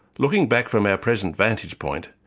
looking back from our present vantage point,